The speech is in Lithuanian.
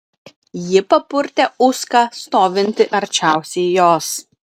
ji papurtė uską stovintį arčiausiai jos